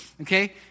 okay